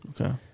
Okay